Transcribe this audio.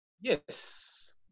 Yes